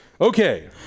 okay